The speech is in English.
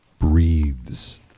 breathes